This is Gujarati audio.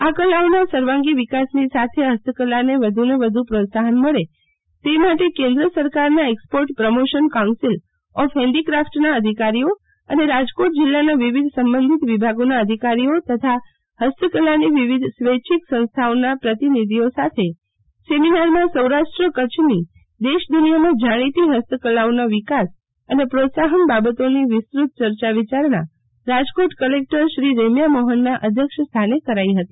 આ કલાઓનાં સર્વાંગી વિકાસની સાથે ફસ્તકલાને વધુને વધુ પ્રોત્સાફન મળે તે માટે કેન્દ્ર સરકારના એકક્ષપોર્ટ પ્રમોશન કાઉન્સીલ ઓફ હેન્ઠીકાફટનાં અધિકારીઓ અને રાજકોટ જિલ્લાના વિવિધ સબંધિત વિભાગોના અધિકારીઓ તથા ફસ્તકલાની વિવિધ સ્વૈછિક સંસ્થાઓના પ્રતિનિધિઓ સા થે સેમિનારમાં સૌરાષ્ટ્ર કચ્છની દેશ દુનિયામાં જાણીતી હસ્તકલાઓના વિકાસ અને પ્રોત્સાફન બાબતોની વિસ્તૃ ત યર્યા વિચારણા કલેક્ટરશ્રી રેમ્યા મોહનના અધ્યક્ષસ્થાને કરાઇ હતી